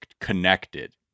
connected